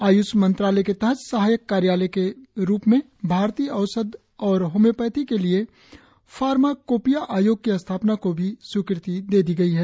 आयुष मंत्रालय के तहत सहायक कार्यालय के रूप में भारतीय औषध और होम्योपैथी के लिए फार्माकोपिया आयोग की स्थापना को भी स्वीकृति दे दी गई है